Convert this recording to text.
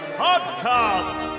podcast